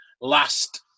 last